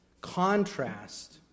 contrast